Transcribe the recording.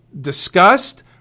discussed